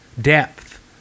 depth